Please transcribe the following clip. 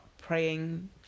praying